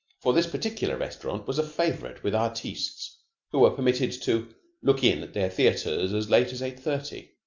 for this particular restaurant was a favorite with artistes who were permitted to look in at their theaters as late as eight-thirty.